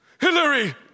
Hillary